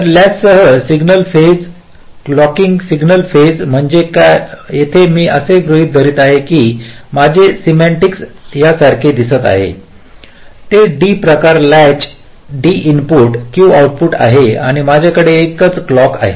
तर लॅचसह single phase clocking single phase म्हणजे येथे मी असे गृहित धरत आहे की माझे स्कीमॅटिक यासारखे दिसते आहे ते D प्रकार latch D input Q output आहे आणि माझ्याकडे एकच क्लॉक आहे